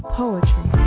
poetry